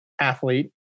athlete